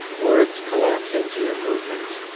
words collapse into your movement,